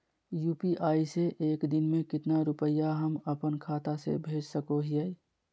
UPI से एक दिन में कितना रुपैया हम अपन खाता से भेज सको हियय?